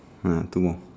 um two more